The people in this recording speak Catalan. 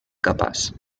capaç